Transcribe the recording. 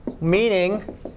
Meaning